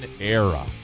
era